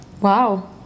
Wow